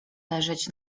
leżeć